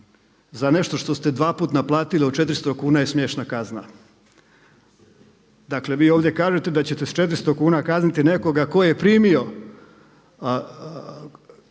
za nešto što ste dvaput naplatili od 400 kuna je smiješna kazna. Dakle vi ovdje kažete da ćete s 400 kuna kazniti nekoga ko je primio,